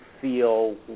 feel